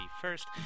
first